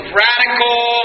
radical